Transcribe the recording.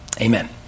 Amen